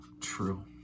true